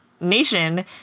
nation